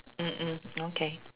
mm mm okay